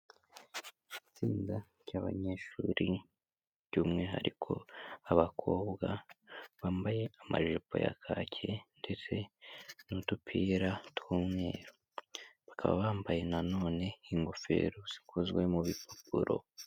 Itsinda ry'abanyeshuri by'umwihariko abakobwa bambaye amajipo ya kake ndetse n'udupira tw'umweru. Bakaba bambaye nanone ingofero zikozwe mu bipapuro.